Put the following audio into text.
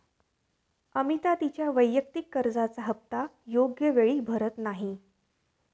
अमिता तिच्या वैयक्तिक कर्जाचा हप्ता योग्य वेळी भरत नाही